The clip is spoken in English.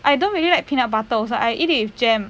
I don't really like peanut butter also I eat it with jam